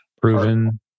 Proven